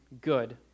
good